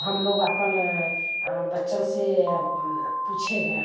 हम लोग आपन बच्चों से पूछेगा